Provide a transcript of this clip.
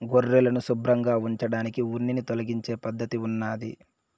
గొర్రెలను శుభ్రంగా ఉంచడానికి ఉన్నిని తొలగించే పద్ధతి ఉన్నాది